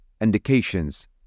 indications